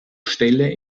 stelle